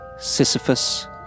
Sisyphus